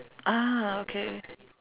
ah okay